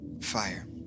fire